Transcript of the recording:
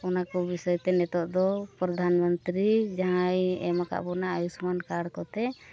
ᱚᱱᱟ ᱠᱚ ᱵᱤᱥᱚᱭᱛᱮ ᱱᱤᱛᱚᱜ ᱫᱚ ᱯᱨᱚᱫᱷᱟᱱ ᱢᱚᱱᱛᱨᱤ ᱡᱟᱦᱟᱸᱭ ᱮᱢ ᱟᱠᱟᱫ ᱵᱚᱱᱟ ᱟᱹᱭᱩᱥᱢᱟᱱ ᱠᱟᱨᱰ ᱠᱚᱛᱮ